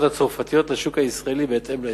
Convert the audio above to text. הצרפתיות לשוק הישראלי בהתאם להסכם.